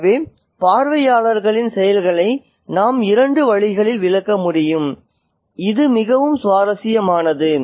எனவே பார்வையாளர்களின் செயல்களை நாம் இரண்டு வழிகளில் விளக்க முடியும் அது மிகவும் சுவாரஸ்யமானது